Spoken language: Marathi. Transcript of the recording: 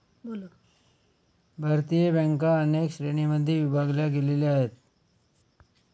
भारतीय बँका अनेक श्रेणींमध्ये विभागल्या गेलेल्या आहेत